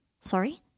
Sorry